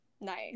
Nice